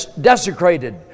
desecrated